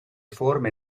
forme